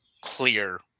clear